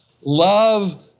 love